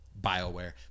Bioware